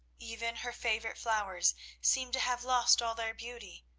even her favourite flowers seemed to have lost all their beauty,